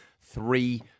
three